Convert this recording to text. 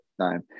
Time